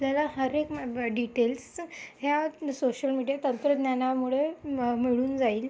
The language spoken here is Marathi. आपल्याला हरएक डिटेल्स ह्या सोशल मीडिया तंत्रज्ञानामुळे मिळून जाईल